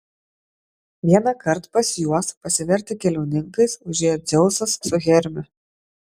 vienąkart pas juos pasivertę keliauninkais užėjo dzeusas su hermiu